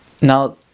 Now